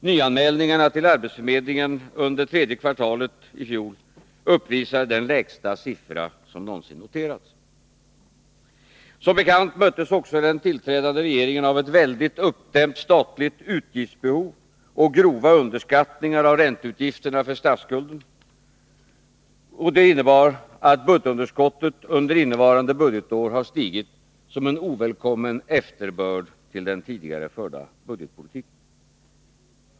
Nyanmälningarna till arbetsförmedlingen under tredje kvartalet i fjol uppvisade den lägsta siffra som någonsin noterats. Som bekant möttes också den tillträdande regeringen av ett väldigt, uppdämt statligt utgiftsbehov och grova underskattningar av ränteutgifterna för statsskulden. Det innebar att budgetunderskottet under innevarande budgetår har stigit som en ovälkommen efterbörd till den tidigare förda budgetpolitiken.